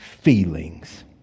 feelings